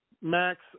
Max